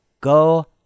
go